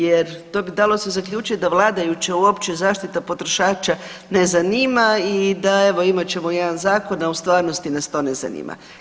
Jer to bi dalo se zaključiti da vladajuće uopće zaštita potrošača ne zanima i da evo imat ćemo jedan zakon, a u stvarnosti nas to ne zanima.